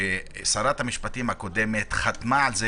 ששרת המשפטים הקודמת חתמה על זה,